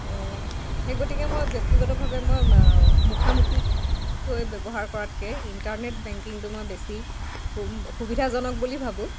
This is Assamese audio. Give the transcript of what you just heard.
সেই গতিকে মই ব্যক্তিগতভাৱে মই মুখামুখিকৈ ব্যৱহাৰ কৰাতকৈ ইণ্টাৰনেট বেংকিংটো মই বেছি সু সুবিধাজনক বুলি ভাবোঁ